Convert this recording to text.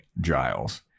Giles